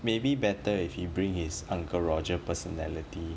maybe better if he bring his uncle roger personality